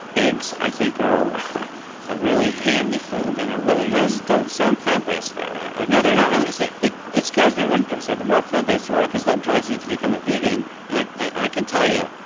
eggs, i think are ah really handy food and are really those sound plant-based though no, they're not. i'm just saying it it scares me when people say the more plant-based you are because that drives you to become a vegan. and i i can tell you,